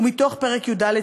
ומתוך פרק י"ד,